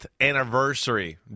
anniversary